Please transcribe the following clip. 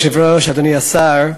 כבוד היושב-ראש, אדוני השר,